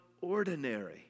ordinary